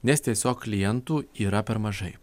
nes tiesiog klientų yra per mažai